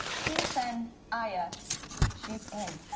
please send aya she's in.